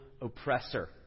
oppressor